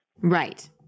Right